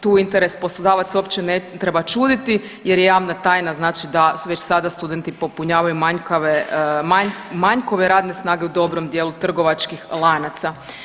Tu interes poslodavaca uopće ne treba čuditi jer je javna tajna, znači da su već sada studenti popunjavaju manjkove radne snage u dobrom dijelu trgovačkih lanaca.